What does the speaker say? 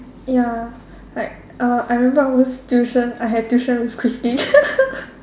ya like uh I remember I always tuition I had tuition with Christine